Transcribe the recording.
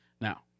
Now